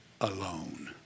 alone